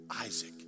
Isaac